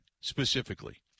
specifically